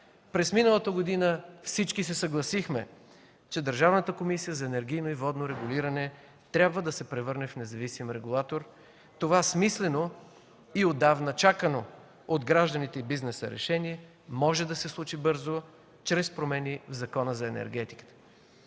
През миналата година всички се съгласихме, че Държавната комисия за енергийно и водно регулиране трябва да се превърне в независим регулатор. Това смислено и отдавна чакано от гражданите и бизнеса решение може да се случи бързо чрез промени в Закона за енергетиката.